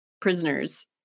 prisoners